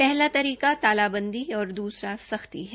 पहला तरीका तालाबंदी और दूसरा सख्ती है